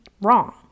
wrong